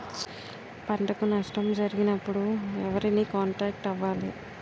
పంటకు నష్టం జరిగినప్పుడు ఎవరిని కాంటాక్ట్ అవ్వాలి?